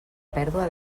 pèrdua